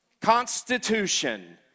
Constitution